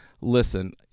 listen